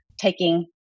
taking